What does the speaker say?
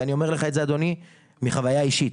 ואני אומר לך את זה, אדוני, מחוויה אישית.